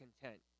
content